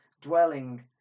dwelling